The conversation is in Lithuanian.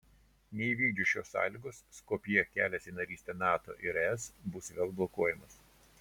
neįvykdžius šios sąlygos skopjė kelias į narystę nato ir es bus vėl blokuojamas